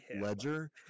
Ledger